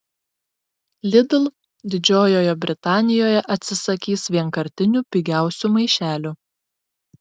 lidl didžiojoje britanijoje atsisakys vienkartinių pigiausių maišelių